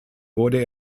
wurde